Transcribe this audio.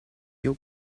you